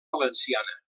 valenciana